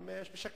הם משקרים,